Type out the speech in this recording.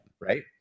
right